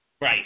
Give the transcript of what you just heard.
right